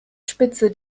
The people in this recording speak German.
spitze